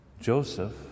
Joseph